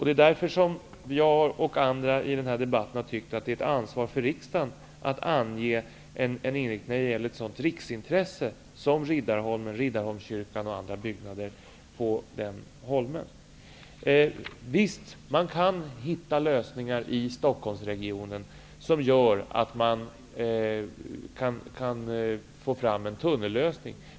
Det är därför som jag och andra i den här debatten anser att det är riksdagens ansvar att ange en inriktning när det gäller ett sådant riksintresse som Riddarholmen med Visst kan man hitta lösningar i Stockholmsregionen, som gör att man kan få fram en tunnellösning.